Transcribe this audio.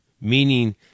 meaning